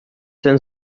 sen